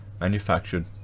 manufactured